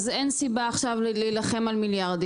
אז אין סיבה עכשיו להילחם על מיליארדים,